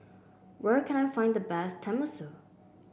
where can I find the best Tenmusu